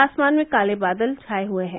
आसमान में काले बादल छाए हुए हैं